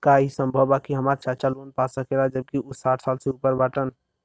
का ई संभव बा कि हमार चाचा लोन पा सकेला जबकि उ साठ साल से ऊपर बाटन?